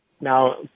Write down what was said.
now